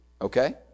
Okay